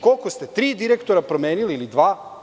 Koliko ste, tri direktora promenili ili dva?